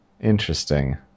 Interesting